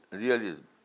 realism